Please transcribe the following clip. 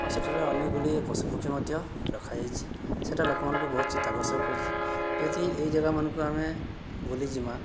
ଆଉ ସେଠାରେ ଅନେକଗୁଡ଼ିଏ ପଶୁପକ୍ଷୀ ମଧ୍ୟ ରଖାଯାଇଛି ସେଇଟା ଲୋକମାନଙ୍କୁ ବହୁତ ଚିତ୍ତାକର୍ଷକ କରୁଛି ଯଦି ଏହି ଜାଗାମାନଙ୍କୁ ଆମେ ବୁଲିଯିବା